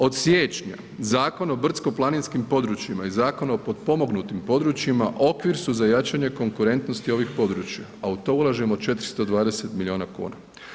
Od siječnja Zakon o brdsko-planinskim područjima i Zakon o potpomognutim područjima okvir za jačanje konkurentnosti ovih područja a u to ulažemo 420 milijuna kuna.